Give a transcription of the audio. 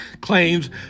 claims